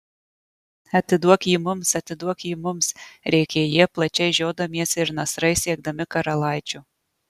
atiduok jį mums atiduok jį mums rėkė jie plačiai žiodamiesi ir nasrais siekdami karalaičio